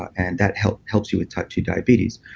and that helps helps you with type ii diabetes.